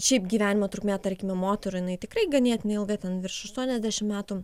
šiaip gyvenimo trukmė tarkime moterų jinai tikrai ganėtinai ilga ten virš aštuoniasdešimt metų